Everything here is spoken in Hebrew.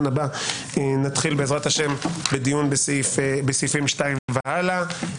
הבא נתחיל בעזרת השם בדיון בסעיפים 2 והלאה.